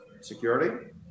security